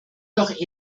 doch